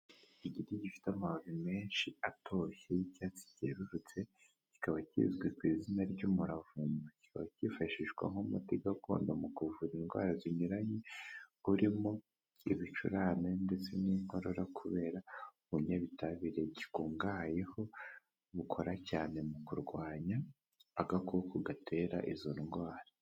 Igiti gifite amababi menshi atoshye y'icyatsi cyerurutse kikaba kizwi ku izina ry'umuravumba kiba kifashishwa nk'umuti gakondo mu kuvura indwara zinyuranye urimo ibicurane ndetse n'inkorora kubera ubunyabitabire gikungahayeho bukora cyane mu kurwanya agakoko gatera izo ndwara.